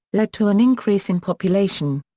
led to an increase in population.